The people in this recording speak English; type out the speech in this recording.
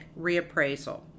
reappraisal